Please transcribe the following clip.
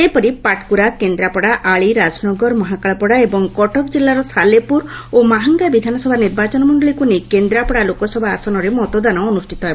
ସେହିପରି ପାଟକୁରା କେନ୍ଦ୍ରାପଡା ଆଳିରାଜନଗର ମହାକାଳପଡା ଏବଂ କଟକ କିଲ୍ଲାର ସାଲେପୁର ଓ ମାହାଙ୍ଗା ବିଧାନସଭା ନିର୍ବାଚନମଣ୍ଡଳୀକୁ ନେଇ କେନ୍ଦ୍ରାପଡା ଲୋକସଭା ଆସନରେ ମତଦାନ ଅନୁଷିତ ହେବ